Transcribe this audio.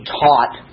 taught